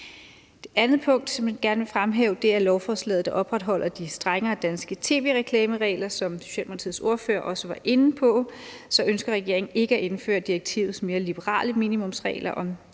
Det andet punkt, som jeg gerne vil fremhæve, er forslaget, der opretholder de strengere danske tv-reklameregler. Som Socialdemokratiets ordfører også var inde på, ønsker regeringen ikke at indføre direktivets mere liberale minimumsregler om den